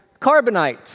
carbonite